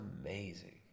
amazing